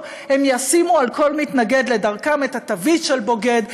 הם ישימו על כל מתנגד לדרכם את התווית "בוגד",